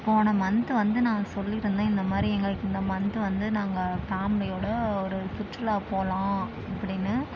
போன மந்த்து வந்து நான் சொல்லியிருந்தேன் இந்த மாதிரி எங்களுக்கு இந்த மந்த்து வந்து நாங்கள் ஃபேமிலியோடு ஒரு சுற்றுலா போகலாம் அப்படின்னு